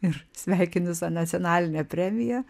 ir sveikini su nacionaline premija